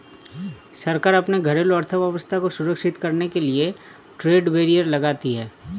सरकार अपने घरेलू अर्थव्यवस्था को संरक्षित करने के लिए ट्रेड बैरियर लगाती है